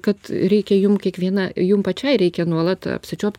kad reikia jum kiekvieną jum pačiai reikia nuolat apskaičiuot